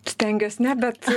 stengiuos ne bet